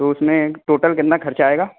تو اس میں ٹوٹل کتنا خرچہ آئے گا